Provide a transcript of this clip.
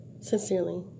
sincerely